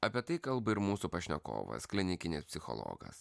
apie tai kalba ir mūsų pašnekovas klinikinis psichologas